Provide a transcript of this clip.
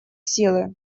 силы